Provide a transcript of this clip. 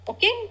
Okay